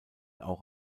auch